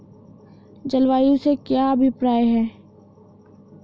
जलवायु से क्या अभिप्राय है?